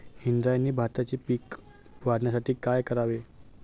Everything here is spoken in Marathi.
इंद्रायणी भाताचे पीक वाढण्यासाठी काय करावे?